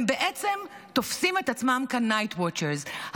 הם בעצם תופסים את עצמם כ-Night Watchers,